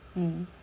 mm